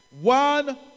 One